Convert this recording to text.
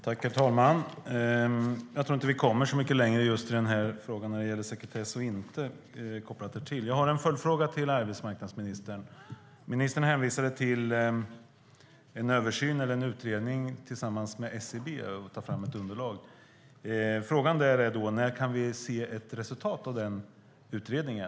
Herr talman! Jag tror inte att vi kommer mycket längre när det gäller frågan om sekretess. Jag har en följdfråga till arbetsmarknadsministern. Ministern hänvisade till en översyn eller en utredning där man tillsammans med SCB ska ta fram ett underlag. När kan vi se resultatet av den utredningen?